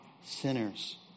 sinners